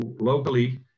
locally